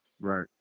Right